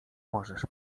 możesz